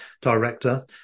director